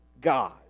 God